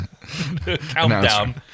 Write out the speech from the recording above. countdown